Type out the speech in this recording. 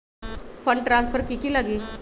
Fund transfer कि की लगी?